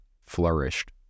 flourished